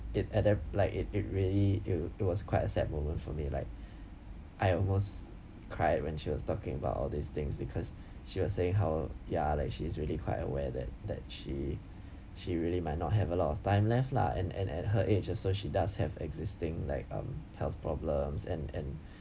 it at that like it it really it it was quite a sad moment for me like I almost cried when she was talking about all these things because she was saying how ya like she is really quite aware that that she she really might not have a lot of time left lah and and at her age also she does have existing like um health problems and and